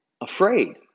afraid